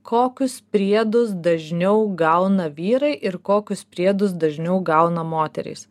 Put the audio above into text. kokius priedus dažniau gauna vyrai ir kokius priedus dažniau gauna moterys